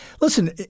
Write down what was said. listen